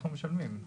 אנחנו משלמים.